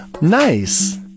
Nice